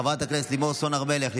לחברת הכנסת לימור סון הר מלך,